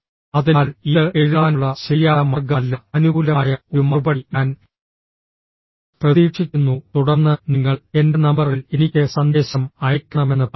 അതിനാൽ ഇത് എഴുതാനുള്ള ശരിയായ മാർഗമല്ല അനുകൂലമായ ഒരു മറുപടി ഞാൻ പ്രതീക്ഷിക്കുന്നു തുടർന്ന് നിങ്ങൾ എന്റെ നമ്പറിൽ എനിക്ക് സന്ദേശം അയയ്ക്കണമെന്ന് പറയുന്നു